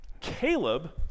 Caleb